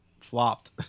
flopped